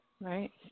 right